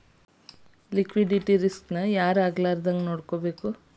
Liquidity risk ನ ಯಾರ್ ಆಗ್ಲಾರ್ದಂಗ್ ನೊಡ್ಕೊಬೇಕು?